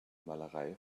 malerei